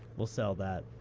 we'll sell that.